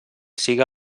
siga